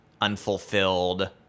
unfulfilled